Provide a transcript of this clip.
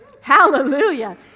Hallelujah